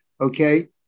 Okay